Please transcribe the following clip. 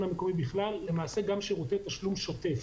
המקומי בכלל גם שירותי תשלום שוטף.